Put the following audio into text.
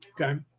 okay